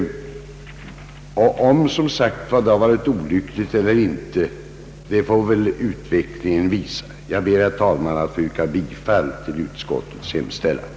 Om det har varit olyckligt eller inte får väl utvecklingen visa. Jag ber, herr talman, att få yrka bifall till utskottets hemställan.